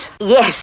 Yes